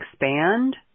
expand